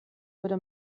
würde